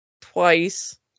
twice